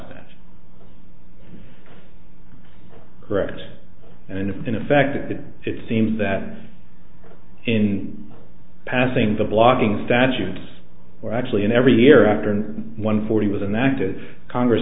correct and if in effect it seems that in passing the blocking statutes were actually in every year after one forty was an act of congress